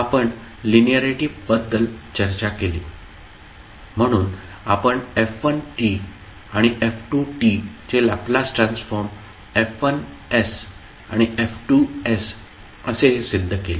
आपण लिनिअरिटी बद्दल चर्चा केली म्हणून आपण f1 आणि f2 चे लॅपलास ट्रान्सफॉर्म F1 आणि F2 असेल हे सिद्ध केले